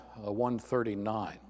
139